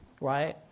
right